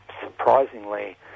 surprisingly